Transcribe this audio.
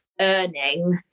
earning